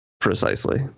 Precisely